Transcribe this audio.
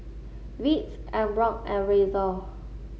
Veets Emborg and Razer